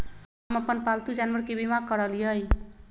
हम अप्पन पालतु जानवर के बीमा करअलिअई